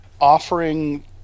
offering